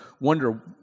wonder